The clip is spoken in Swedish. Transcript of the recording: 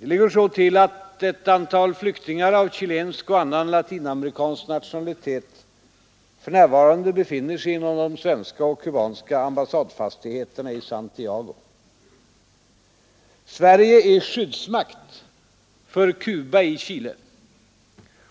Det ligger så till att ett antal flyktingar av chilensk och annan latinamerikansk nationalitet för närvarande befinner sig inom de svenska och kubanska ambassadfastigheterna i Santiago. Sverige är skyddsmakt för Cuba i Chile,